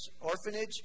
orphanage